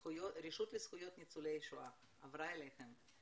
הרשות לזכויות ניצולי השואה עברה אליכם,